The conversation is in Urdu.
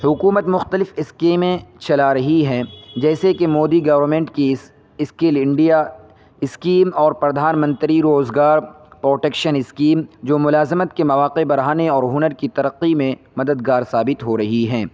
حکومت مختلف اسکیمیں چلا رہی ہے جیسے کہ مودی گورنمنٹ کی اس اسکل انڈیا اسکیم اور پردھان منتری روزگار پروٹیکشن اسکیم جو ملازمت کے مواقع بڑھانے اور ہنر کی ترقی میں مددگار ثابت ہو رہی ہیں